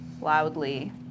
loudly